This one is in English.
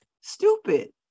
stupid